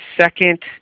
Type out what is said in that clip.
second